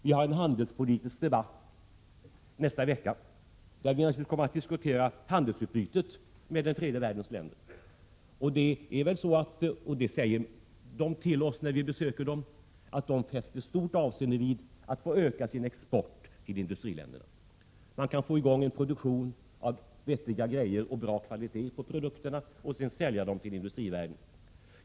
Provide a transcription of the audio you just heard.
Vi har en handelspolitisk debatt nästa vecka, där vi naturligtvis kommer att diskutera handelsutbytet med den tredje världens länder. När vi besöker dessa länder får vi veta att man fäster stort avseende vid att få öka sin export till industriländerna. Man kan få i gång en produktion av vettiga saker och bra kvalitet på produkterna och sedan sälja dem till industrivärlden.